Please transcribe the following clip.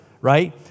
right